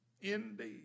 indeed